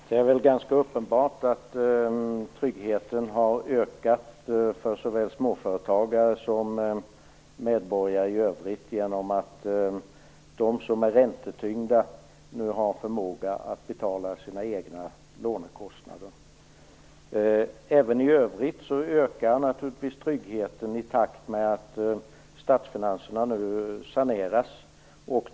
Fru talman! Det är väl ganska uppenbart att tryggheten har ökat för såväl småföretagare som medborgare i övrigt genom att de som är räntetyngda nu har förmåga att betala sina egna lånekostnader. Även i övrigt ökar naturligtvis tryggheten i takt med att statsfinanserna saneras.